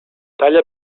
talla